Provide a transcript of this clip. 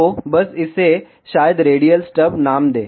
तो बस इसे शायद रेडियल स्टब नाम दें